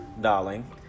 darling